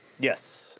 Yes